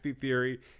theory